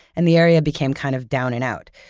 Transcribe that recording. and the area became kind of down and out.